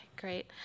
Great